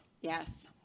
Yes